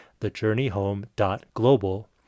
thejourneyhome.global